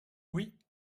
oui